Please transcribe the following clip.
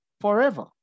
forever